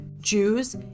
Jews